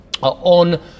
on